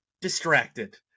distracted